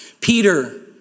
Peter